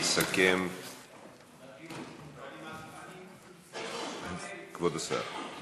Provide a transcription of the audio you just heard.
ויסכם כבוד השר.